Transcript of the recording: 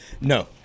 No